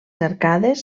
arcades